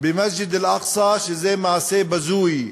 במסג'ד אל-אקצא שזה מעשה בזוי,